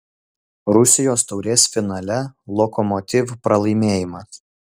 rusijos taurės finale lokomotiv pralaimėjimas